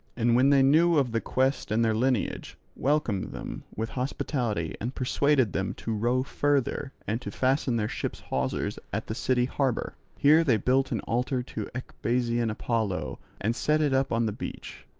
and when they knew of the quest and their lineage welcomed them with hospitality, and persuaded them to row further and to fasten their ship's hawsers at the city harbour. here they built an altar to ecbasian apollo and set it up on the beach,